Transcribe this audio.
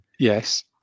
yes